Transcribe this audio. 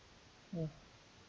mm